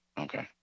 okay